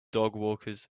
dogwalkers